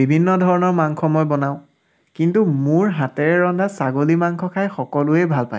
বিভিন্ন ধৰণৰ মাংস মই বনাওঁ কিন্তু মোৰ হাতেৰে ৰন্ধা ছাগলী মাংস খাই সকলোৱেই ভাল পায়